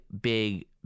big